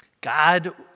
God